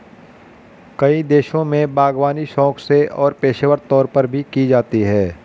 कई देशों में बागवानी शौक से और पेशेवर तौर पर भी की जाती है